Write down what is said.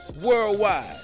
worldwide